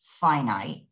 finite